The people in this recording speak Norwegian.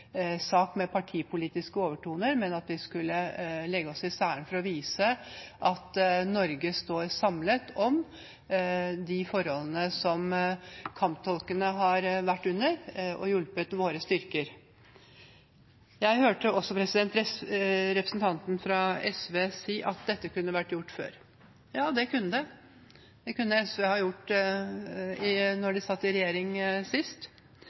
sak med partipolitiske overtoner, men at vi skulle legge oss i selen for å vise at Norge står samlet om de forholdene som kamptolkene har vært under ved at de har hjulpet våre styrker. Jeg hørte representanten fra SV si at dette kunne vært gjort før. Ja, det kunne det. Det kunne SV gjort da de satt i regjering sist.